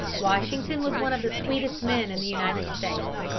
washington was one of the sweetest men in the united states.